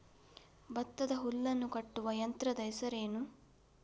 ಭತ್ತದ ಹುಲ್ಲನ್ನು ಕಟ್ಟುವ ಯಂತ್ರದ ಹೆಸರೇನು?